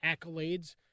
accolades